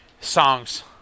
Songs